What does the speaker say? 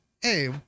Hey